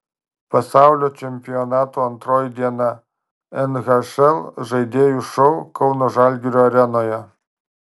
pasaulio čempionato antroji diena nhl žaidėjų šou kauno žalgirio arenoje